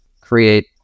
create